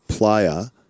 player